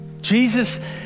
Jesus